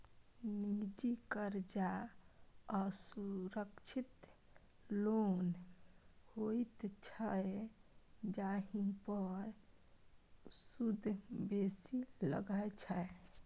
निजी करजा असुरक्षित लोन होइत छै जाहि पर सुद बेसी लगै छै